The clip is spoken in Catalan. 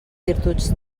virtuts